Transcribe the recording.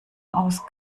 aus